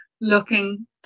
looking